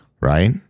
right